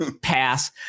Pass